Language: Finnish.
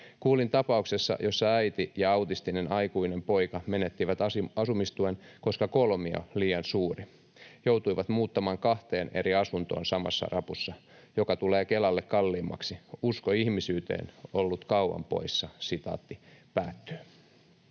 Kuulin tapauksesta, jossa äiti ja autistinen aikuinen poika menettivät asumistuen, koska kolmio oli liian suuri. Joutuivat muuttamaan kahteen eri asuntoon samassa rapussa, joka tulee Kelalle kalliimmaksi. Usko ihmisyyteen on ollut kauan poissa.” ”Olen